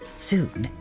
soon,